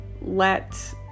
let